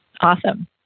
awesome